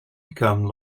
become